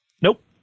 Nope